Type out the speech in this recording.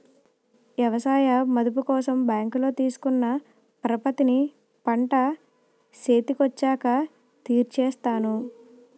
ఎవసాయ మదుపు కోసం బ్యాంకులో తీసుకున్న పరపతిని పంట సేతికొచ్చాక తీర్సేత్తాను